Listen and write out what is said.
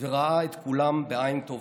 וראה את כולם בעין טובה.